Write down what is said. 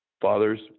father's